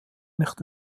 nicht